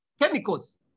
Chemicals